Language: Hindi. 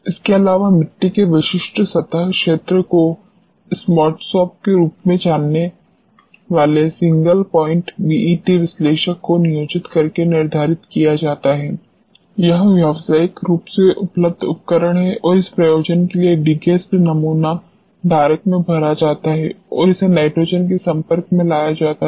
इसके अलावा मिट्टी के विशिष्ट सतह क्षेत्र को स्मार्टसॉर्ब के रूप में जाना जाने वाले सिंगल पॉइंट बीईटी विश्लेषक को नियोजित करके निर्धारित किया जाता है यह व्यावसायिक रूप से उपलब्ध उपकरण है और इस प्रयोजन के लिए डीगैसड धारक में भरा जाता है और इसे नाइट्रोजन के संपर्क में लाया जाता है